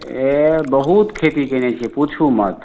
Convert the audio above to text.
ए बहुत खेती कयने छियै पुछू मत